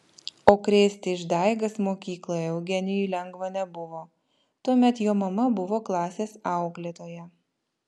o krėsti išdaigas mokykloje eugenijui lengva nebuvo tuomet jo mama buvo klasės auklėtoja